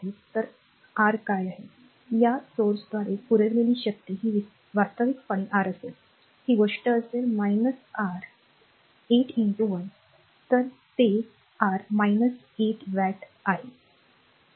तर r काय आहे या स्त्रोताद्वारे पुरविलेली शक्ती ही वास्तविकपणे r असेल ही गोष्ट असेल r 8 1 तर ते r 8 वॅट आहे